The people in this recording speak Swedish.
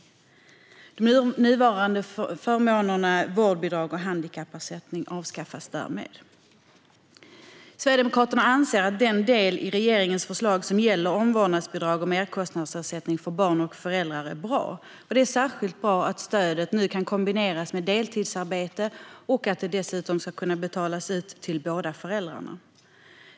De nuvarande förmånerna vårdbidrag och handikappersättning avskaffas därmed. Sverigedemokraterna anser att den del i regeringens förslag som gäller omvårdnadsbidrag och merkostnadsersättning för barn och föräldrar är bra, och det är särskilt bra att stödet nu kan kombineras med deltidsarbete och att det dessutom ska kunna betalas ut till båda föräldrarna.